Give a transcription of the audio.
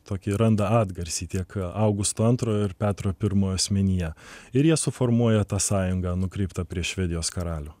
tokį randa atgarsį tiek augusto antrojo ir petro pirmojo asmenyje ir jie suformuoja tą sąjungą nukreiptą prieš švedijos karalių